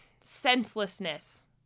senselessness